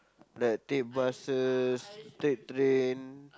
like take buses take train